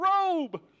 robe